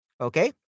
okay